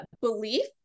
belief